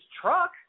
truck